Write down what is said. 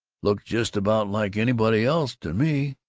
look just about like anybody else to me!